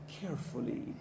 carefully